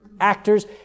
actors